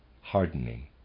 hardening